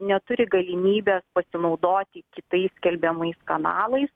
neturi galimybės pasinaudoti kitais skelbiamais kanalais